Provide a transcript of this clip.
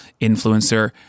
influencer